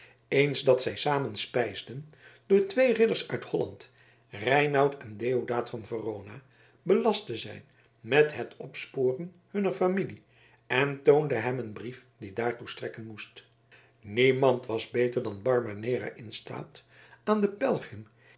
eens dat zij samen spijsden door twee ridders uit holland reinout en deodaat van verona belast te zijn met het opsporen hunner familie en toonde hem een brief die daartoe strekken moest niemand was beter dan barbanera in staat aan den